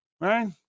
Right